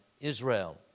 Israel